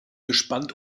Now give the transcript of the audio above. gespannt